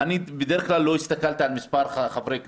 אני לא הסתכלתי בדרך כלל על מספר חברי הכנסת,